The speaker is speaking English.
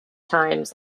times